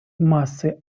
массы